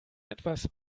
etwas